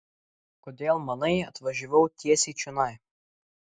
kodėl manai atvažiavau tiesiai čionai